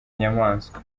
nyamaswa